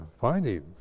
finding